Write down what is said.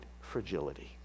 fragility